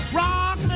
rock